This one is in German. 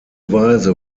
weise